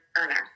earner